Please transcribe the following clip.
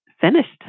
finished